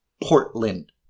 portland